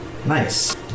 Nice